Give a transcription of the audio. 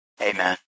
Amen